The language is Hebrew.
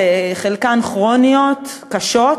חלקן כרוניות קשות,